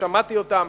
שמעתי אותם,